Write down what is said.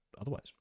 otherwise